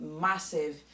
massive